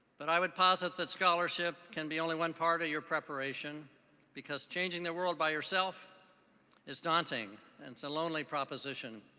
but i would posit that scholarship can be only one part of your preparation because changing the world by yourself is daunting and it's a lonely proposition.